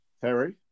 Terry